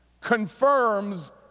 confirms